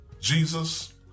Jesus